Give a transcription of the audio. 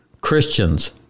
Christians